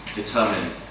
determined